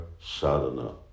sadhana